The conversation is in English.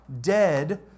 dead